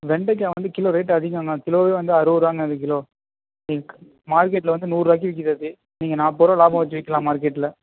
வெண்டைக்காய் வந்து kilo rate அதிகமுங்க கிலோவே வந்து அறுபது ரூபாங்க மார்க்கெட்டில் வந்து நூறுரூவாய்க்கு விற்கிது அது நீங்கள் நாற்பது ரூபா லாபம் வைச்சு விற்கலாம் மார்க்கெட்டில்